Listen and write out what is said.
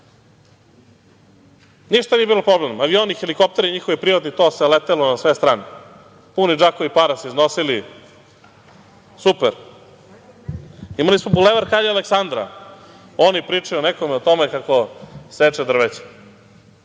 Ništa im nije bio problem, avioni, helikopteri, to se letelo na sve strane. Puni džakovi para se iznosili, super. Imali smo Bulevar Kralja Aleksandra, oni pričaju nekome o tome kako seče drveće.